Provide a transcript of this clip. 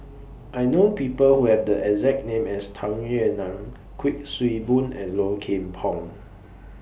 I know People Who Have The exact name as Tung Yue Nang Kuik Swee Boon and Low Kim Pong